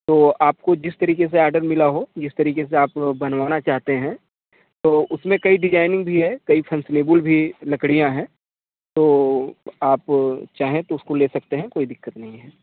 तो आपको जिस तरीके से ऑर्डर मिला हो जिस तरीके से आप बनवाना चाहते हैं तो उसमे कई डिजाइनिंग भी है कई फैशनेबुल भी लकड़ियां हैं तो आप चाहें तो उसको ले सकते हैं कोई दिक्कत नहीं है